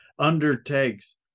undertakes